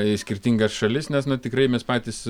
į skirtingas šalis nes na tikrai mes patys